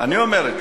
אני אומר את זה.